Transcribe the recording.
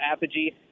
Apogee